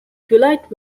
twilight